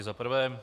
Za prvé.